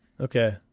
Okay